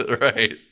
Right